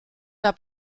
der